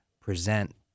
present